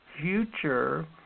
future